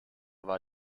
war